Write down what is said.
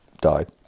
died